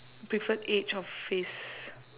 preferred age of face